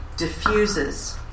diffuses